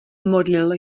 modlil